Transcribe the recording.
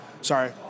Sorry